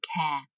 care